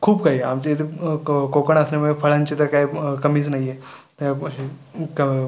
खूप काही आहे आमच्या इथे क कोकण असल्यामुळे फळांची तर काही कमीच नाही आहे त्या